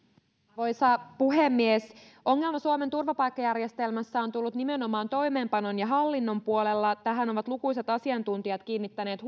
arvoisa puhemies ongelma suomen turvapaikkajärjestelmässä on ollut nimenomaan toimeenpanon ja hallinnon puolella tähän ovat lukuisat asiantuntijat kiinnittäneet